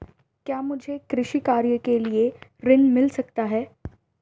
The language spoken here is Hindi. क्या मुझे कृषि कार्य के लिए ऋण मिल सकता है?